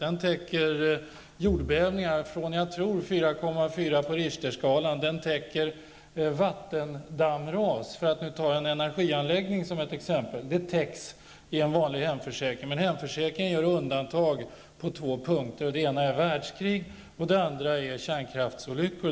Den täcker jordbävningar från, jag tror, 4,4 på Richterskalan. Den täcker vattendammras, för att nu ta en energianläggning som ett exempel. Det täcks i en vanlig hemförsäkring. Men hemförsäkringen gör undantag på två punkter. Den ena är världskrig och den andra är kärnkraftsolyckor.